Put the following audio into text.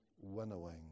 winnowing